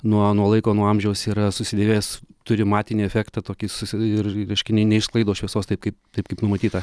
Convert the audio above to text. nuo nuo laiko nuo amžiaus yra susidėvėjęs turi matinį efektą tokį susi ir reiškia neišsklaido šviesos taip kaip taip kaip numatyta